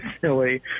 silly